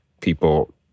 people